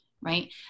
right